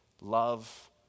love